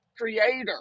creator